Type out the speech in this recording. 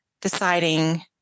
deciding